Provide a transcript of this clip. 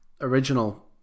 original